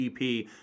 ep